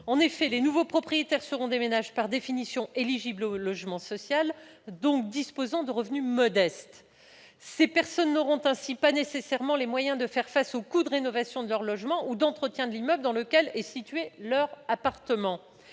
Les nouveaux propriétaires seront des ménages par définition éligibles au logement social, ayant donc des revenus modestes. Ces personnes n'auront ainsi pas nécessairement les moyens de faire face aux coûts de rénovation de leur logement ou d'entretien de l'immeuble dans lequel est situé leur appartement.